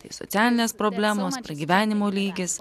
tai socialinės problemos pragyvenimo lygis